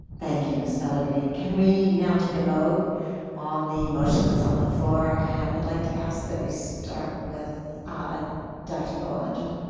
thank you, ms. pellegrini. can we now take a vote on the motion that's on the floor? and i'd like to ask that we start with dr. belongia?